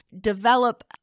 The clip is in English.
develop